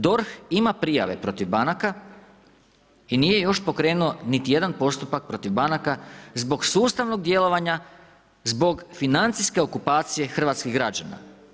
DORH ima prijave protiv banaka i nije još pokrenuo niti jedan postupak protiv banaka zbog sustavnog djelovanja, zbog financijske okupacije hrvatske građana.